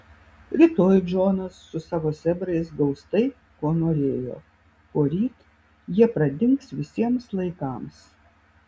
rytoj džonas su savo sėbrais gaus tai ko norėjo poryt jie pradings visiems laikams